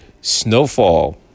Snowfall